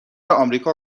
آمریکا